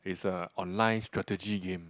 is a online strategy game